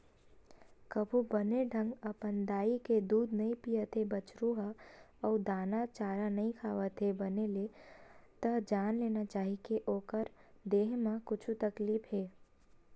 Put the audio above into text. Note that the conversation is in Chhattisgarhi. कभू बने ढंग अपन दाई के दूद नइ पियत हे बछरु ह अउ दाना चारा नइ खावत हे बने ले त जान लेना चाही के ओखर देहे म कुछु तकलीफ हे